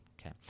Okay